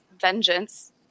Vengeance